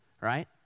right